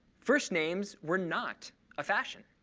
first names were not a fashion.